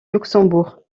luxembourg